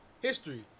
History